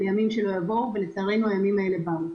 לימים שלצערנו באו.